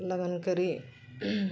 ᱞᱟᱜᱟᱱ ᱠᱟᱹᱨᱤ